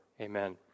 Amen